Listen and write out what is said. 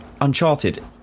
Uncharted